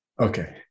Okay